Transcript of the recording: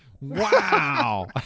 Wow